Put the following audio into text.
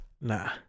Nah